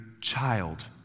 child